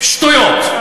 שטויות.